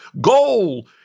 goal